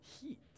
heat